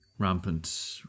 Rampant